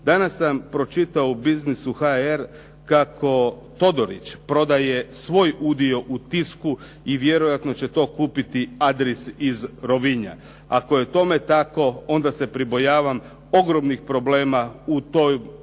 Danas sam pročitao u bussines.hr kako Todorić prodaje svoj udio u "Tisku" i vjerojatno će to kupiti "Adris" iz Rovinja. Ako je tome tako onda se pribojavam ogromnih problema u tom poduzeću,